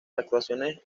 actuaciones